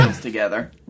together